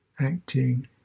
acting